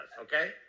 Okay